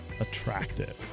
attractive